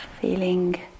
feeling